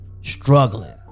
struggling